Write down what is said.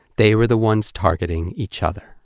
they were the ones targeting each other.